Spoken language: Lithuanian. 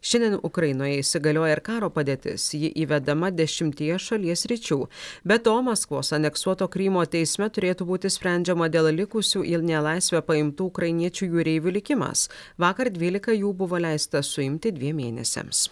šiandien ukrainoje įsigalioja ir karo padėtis ji įvedama dešimtyje šalies sričių be to maskvos aneksuoto krymo teisme turėtų būti sprendžiama dėl likusių į nelaisvę paimtų ukrainiečių jūreivių likimas vakar dvylika jų buvo leista suimti dviem mėnesiams